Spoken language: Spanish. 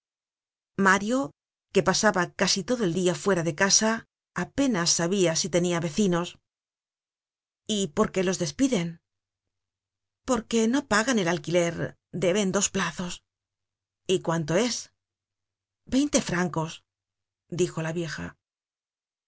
mario que pasaba casi todo el dia fuera de casa apenas sabia si tenia vecinos y por qué los despiden porque no pagan el alquiler deben dos plazos y cuánto es veinte francos dijo la vieja